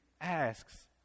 asks